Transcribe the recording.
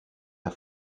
der